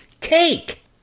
cake